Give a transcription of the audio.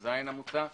330ז המוצע בעמ'